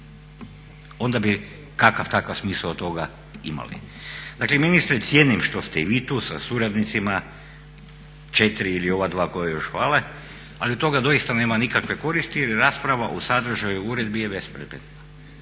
Onda bi kakav takav smisao toga imali. Dakle ministre cijenim što ste i vi tu sa suradnicima, četiri ili ova dva koja još fale, ali od toga doista nema nikakve koristi jer rasprava o sadržaju uredbi je bespredmetna.